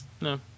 no